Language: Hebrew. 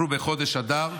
אנחנו בחודש אדר,